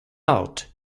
out